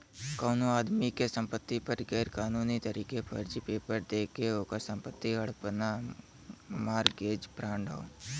कउनो आदमी के संपति पर गैर कानूनी तरीके फर्जी पेपर देके ओकर संपत्ति हड़पना मारगेज फ्राड हौ